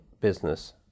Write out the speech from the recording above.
business